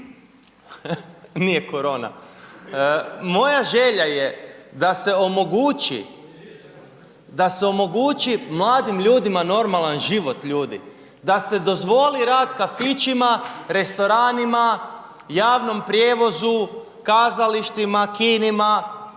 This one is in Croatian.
sljedeća, moja želja je da se omogući mladim ljudima normalan život, ljudi, da se dozvoli rad kafićima, restoranima, javnom prijevozu, kazalištima, kinima